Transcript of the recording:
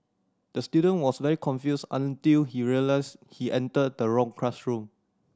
the student was very confused until he realised he entered the wrong classroom